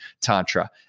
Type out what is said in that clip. tantra